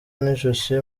n’ijosi